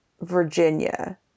Virginia